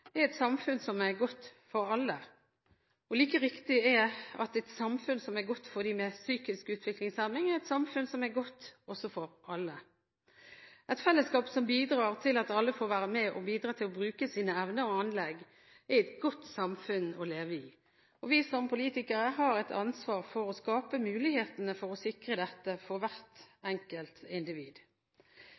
er et samfunn som er godt for alle, og like riktig er at et samfunn som er godt for dem med psykisk utviklingshemning, er et samfunn som er godt også for alle. Et fellesskap som bidrar til at alle får være med og bidra til å bruke sine evner og anlegg, er et godt samfunn å leve i. Vi som politikere har et ansvar for å skape mulighetene for å sikre dette for hvert enkelt individ.